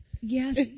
Yes